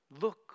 Look